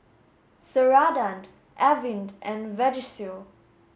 Ceradan Avene and Vagisil